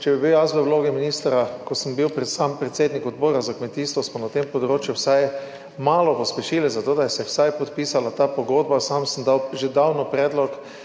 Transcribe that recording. Če bi bil jaz v vlogi ministra – ko sem bil sam predsednik odbora za kmetijstvo, smo na tem področju vsaj malo pospešili, zato da se je vsaj podpisala ta pogodba. Sam sem dal že davno predlog,